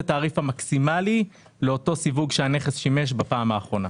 התעריף המקסימלי לאותו סיווג שבו הנכס שימש בפעם האחרונה.